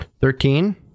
Thirteen